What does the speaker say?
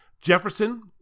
Jefferson